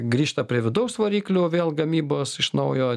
grįžta prie vidaus variklių vėl gamybos iš naujo